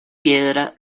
piedra